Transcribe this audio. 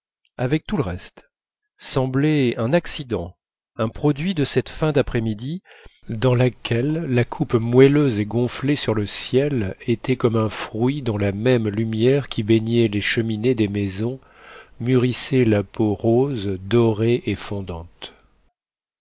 avec tout le reste semblait un accident un produit de cette fin d'après-midi dans laquelle la coupe moelleuse et gonflée sur le ciel était comme un fruit dont la même lumière qui baignait les cheminées des maisons mûrissait la peau rose dorée et fondante